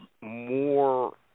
more